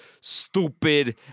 stupid